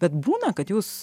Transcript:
bet būna kad jūs